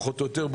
פחות או יותר,